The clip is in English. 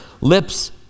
lips